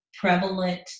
prevalent